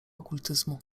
okultyzmu